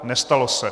Nestalo se.